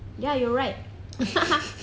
ya you're right